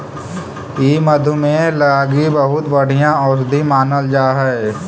ई मधुमेह लागी बहुत बढ़ियाँ औषधि मानल जा हई